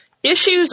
Issues